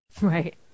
Right